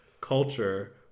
culture